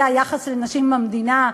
זה היחס לנשים במדינה?